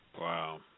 Wow